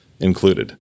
included